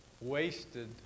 wasted